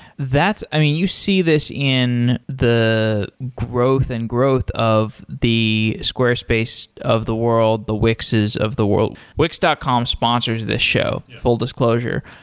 i mean, you see this in the growth and growth of the squarespace of the world, the wix's of the world. wix dot com sponsors this show, full disclosure.